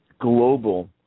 global